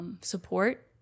support